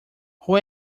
who